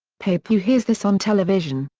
pappu hears this on television.